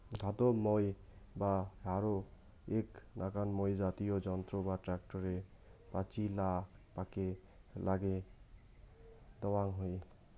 ধাতব মই বা হ্যারো এ্যাক নাকান মই জাতীয় যন্ত্র যা ট্যাক্টরের পাচিলাপাকে নাগে দ্যাওয়াং হই